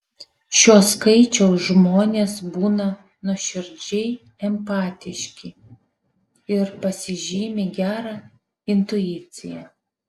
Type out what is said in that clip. šio skaičiaus žmonės būna nuoširdžiai empatiški ir pasižymi gera intuicija